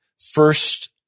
first